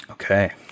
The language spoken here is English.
Okay